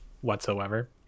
whatsoever